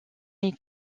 ils